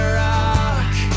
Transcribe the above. rock